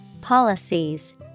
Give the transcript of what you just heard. policies